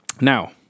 Now